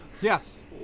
Yes